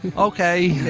and okay.